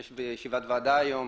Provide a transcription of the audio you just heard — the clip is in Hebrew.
יש ישיבת ועדה היום,